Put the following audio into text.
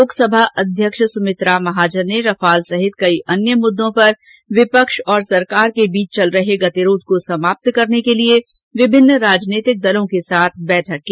लोकसभा अध्यक्ष सुमित्रा महाजन ने रफाल सहित कई अन्य मुद्दों पर विपक्ष और सरकार के बीच चल रहे गतिरोध को समाप्त करने के लिए विभिन्न राजनीतिक दलों के साथ बैठक की